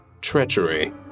treachery